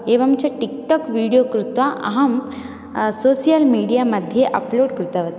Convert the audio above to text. एवञ्च TikTok video कृत्वा अहं सोषियल् मीडिया मध्ये अप्लोड् कृतवती